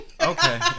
Okay